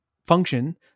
Function